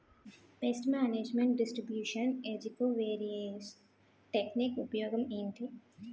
paste management distribution ఏజ్జి covariance technique ఉపయోగం ఏంటి